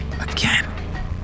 again